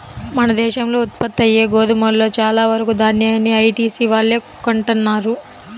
మన దేశంలో ఉత్పత్తయ్యే గోధుమలో చాలా వరకు దాన్యాన్ని ఐటీసీ వాళ్ళే కొంటన్నారు